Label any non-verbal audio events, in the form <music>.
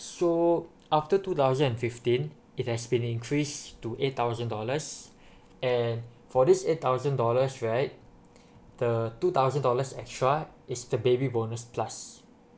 so after two thousand and fifteen it has been increased to eight thousand dollars <breath> and for these eight thousand dollars right <breath> the two thousand dollars extra is the baby bonus plus